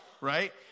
right